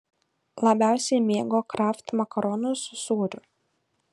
labiausiai mėgo kraft makaronus su sūriu